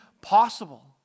possible